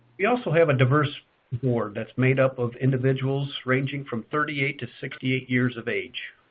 we also have a diverse board that's made up of individuals ranging from thirty eight to sixty eight years of age,